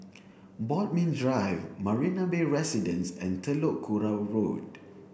Bodmin Drive Marina Bay Residences and Telok Kurau Road